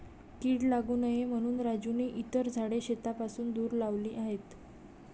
कीड लागू नये म्हणून राजूने इतर झाडे शेतापासून दूर लावली आहेत